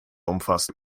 umfasste